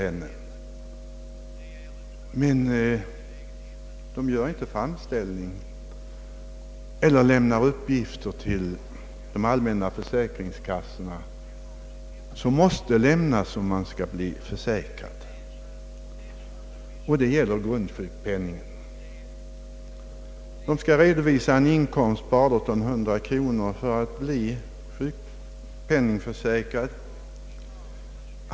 Emellertid måste framställning göras och uppgifter lämnas till de allmänna försäkringskassorna, om man skall bli försäkrad för grundsjukpenningen. Det fordras en inkomst på lägst 1 800 kronor för sådan försäkring.